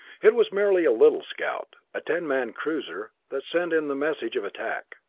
it was merely a little scout, a ten-man cruiser, that sent in the message of attack,